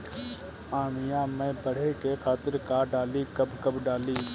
आमिया मैं बढ़े के खातिर का डाली कब कब डाली?